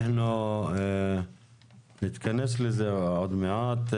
אנחנו נתכנס לזה עוד מעט.